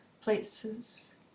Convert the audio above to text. places